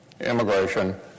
immigration